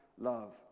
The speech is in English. love